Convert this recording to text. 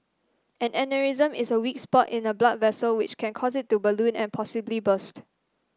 an aneurysm is a weak spot in a blood vessel which can cause it to balloon and possibly burst